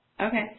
Okay